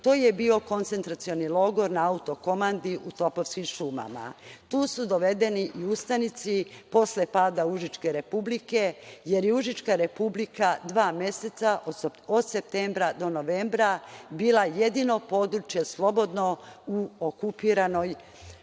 to je bio koncentracioni logor na Autokomandi u Topovskim šumama. Tu su dovedeni i ustanici posle pada Užičke republike, jer je Užička republika dva meseca, od septembra do novembra bilo jedino područje slobodno u okupiranoj